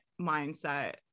mindset